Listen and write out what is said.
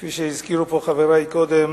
כפי שהזכירו פה חברי קודם,